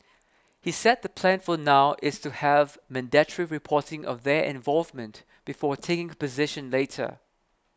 he said the plan for now is to have mandatory reporting of their involvement before taking position later